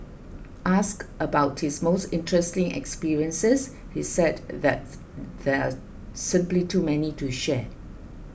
asked about his most interesting experiences he said that there are simply too many to share